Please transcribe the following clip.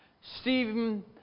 Stephen